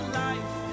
life